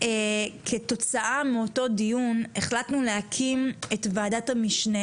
כתוצאה מאותו דיון החלטנו להקים את ועדת המשנה